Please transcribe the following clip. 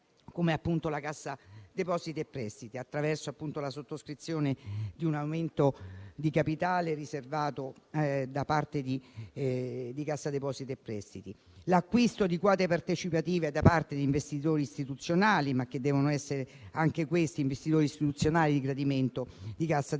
la Cassa depositi e prestiti, attraverso la sottoscrizione di un aumento di capitale riservato da parte di Cassa depositi e prestiti e l'acquisto di quote partecipative da parte di investitori istituzionali, ma che devono essere anche questi di gradimento di Cassa depositi